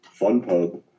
FunPub